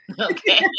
okay